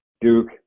Duke